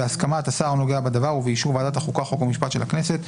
בהסכמת השר הנוגע בדבר ובאישור ועדת החוקה חוק ומשפט של הכנסת,